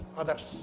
others